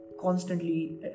constantly